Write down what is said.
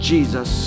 Jesus